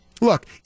Look